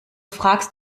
fragst